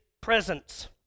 presence